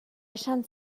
esan